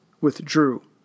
withdrew